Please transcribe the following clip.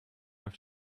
have